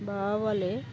বাবা বলে